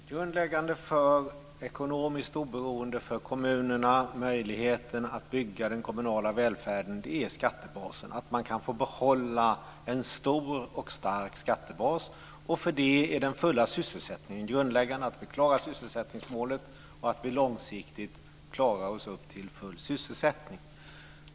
Fru talman! Det grundläggande för ekonomiskt oberoende för kommunerna, möjligheten att bygga den kommunala välfärden, är skattebasen, att man kan få behålla en stor och stark skattebas. För det är den fulla sysselsättningen grundläggande, att vi klarar sysselsättningsmålet och att vi långsiktigt klarar oss upp till full sysselsättning.